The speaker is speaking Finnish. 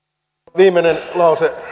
viimeinen lause